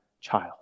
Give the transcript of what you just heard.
child